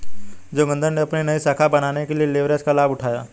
जोगिंदर ने अपनी नई शाखा बनाने के लिए लिवरेज का लाभ उठाया